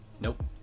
Nope